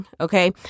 Okay